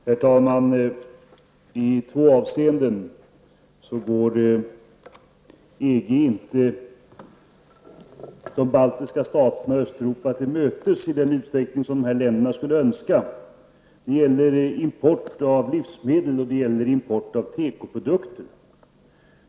Herr talman! I två avseenden går inte EG de baltiska staterna och Östeuropa till mötes i den utsträckning som dessa länder skulle önska. Det gäller import av livsmedel och import av tekoprodukter.